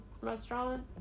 restaurant